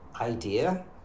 idea